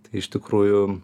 tai iš tikrųjų